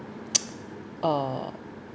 uh